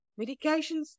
medications